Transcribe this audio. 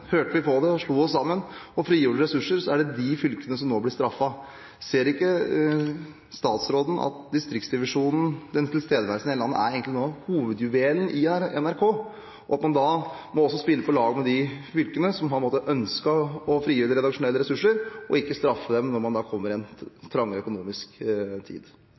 hørte på det og slo seg sammen og frigjorde ressurser, som nå blir straffet. Ser ikke statsråden at tilstedeværelsen av distriktsdivisjonen i landet er noe av hovedjuvelen til NRK, og at man også må spille på lag med de fylkene som har ønsket å frigjøre redaksjonelle ressurser, og ikke straffe dem når man kommer i trangere